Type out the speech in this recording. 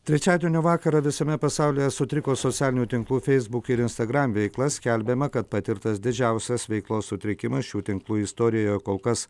trečiadienio vakarą visame pasaulyje sutriko socialinių tinklų feisbuk ir instagram veikla skelbiama kad patirtas didžiausias veiklos sutrikimas šių tinklų istorijoje kol kas